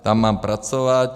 Tam mám pracovat.